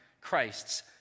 Christ's